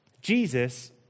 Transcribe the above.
Jesus